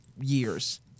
years